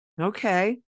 Okay